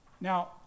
Now